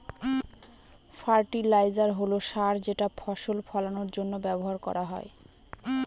fertiliser হল সার যেটা ফসল ফলানের জন্য ব্যবহার করা হয়